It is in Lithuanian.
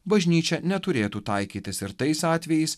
bažnyčia neturėtų taikytis ir tais atvejais